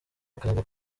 akayaga